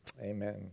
Amen